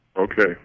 Okay